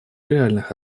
реальных